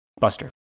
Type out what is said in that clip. Buster